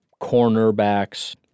cornerbacks